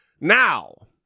Now